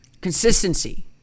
Consistency